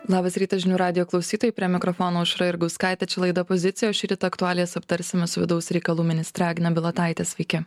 labas rytas žinių radijo klausytojai prie mikrofono aušra jurgauskaitė čia laida pozicija o šįryt aktualijas aptarsime su vidaus reikalų ministre agne bilotaite sveiki